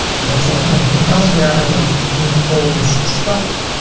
i'm not selling anything else where i don't need all this stuff.